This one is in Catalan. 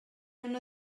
una